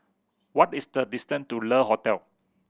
what is the distance to Le Hotel